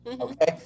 okay